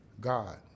God